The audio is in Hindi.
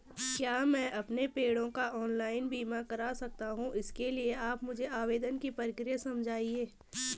क्या मैं अपने पेड़ों का ऑनलाइन बीमा करा सकता हूँ इसके लिए आप मुझे आवेदन की प्रक्रिया समझाइए?